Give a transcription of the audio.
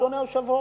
אדוני היושב-ראש,